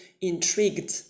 intrigued